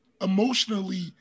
emotionally